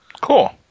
Cool